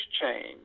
change